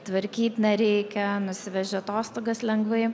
tvarkyt nereikia nusiveži į atostogas lengvai